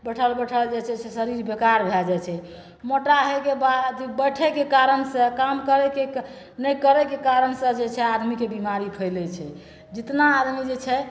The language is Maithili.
बैठल बैठल जे छै से शरीर बेकार भए जाइ छै मोटा होइके बाद बैठेके कारणसे काम करैके नहि करैके कारणसे जे छै से आदमीके बेमारी फैलै छै जतना आदमी जे छै